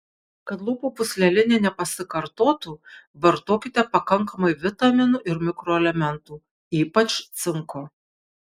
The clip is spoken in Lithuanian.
kad lūpų pūslelinė nepasikartotų vartokite pakankamai vitaminų ir mikroelementų ypač cinko